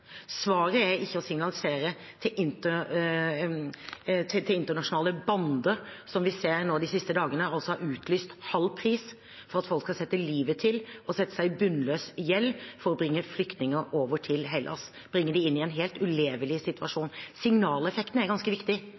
Svaret er ikke å signalisere til internasjonale bander, som vi de siste dagene har sett har sagt at de tar halv pris for at folk skal sette livet til og sette seg i bunnløs gjeld, ved at de bringer flyktninger over til Hellas, og da bringer dem inn i en helt ulevelig situasjon. Signaleffekten er ganske viktig.